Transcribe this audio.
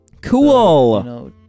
Cool